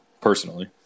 personally